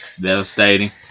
Devastating